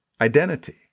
identity